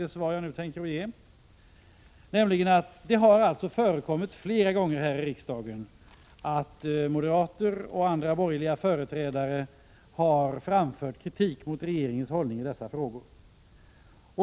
Det har alltså förekommit flera gånger här i riksdagen att moderater och andra borgerliga företrädare har framfört kritik mot regeringens hållning i dessa frågor.